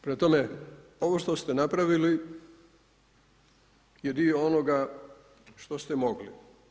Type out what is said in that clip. Prema tome, ovo što ste napravili je dio onoga što ste mogli.